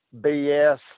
BS